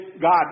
God